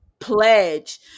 pledge